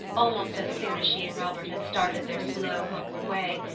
almost as soon as she and robert had started their slow, homeward way.